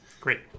great